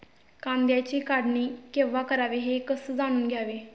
कांद्याची काढणी केव्हा करावी हे कसे जाणून घ्यावे?